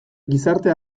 gizarte